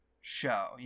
show